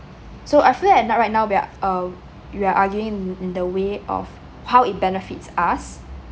so I feel that now right now we're um we're arguing in in the way of how it benefits us